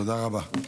תודה רבה.